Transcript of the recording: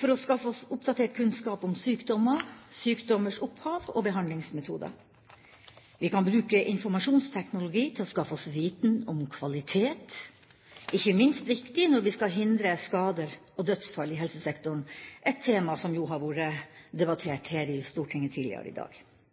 for å skaffe oss oppdatert kunnskap om sykdommer, sykdommers opphav og behandlingsmetoder. Vi kan bruke informasjonsteknologi til å skaffe oss viten om kvalitet – ikke minst viktig når vi skal hindre skader og dødsfall i helsesektoren, et tema som jo har vært debattert her i Stortinget tidligere i dag.